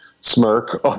smirk